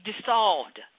dissolved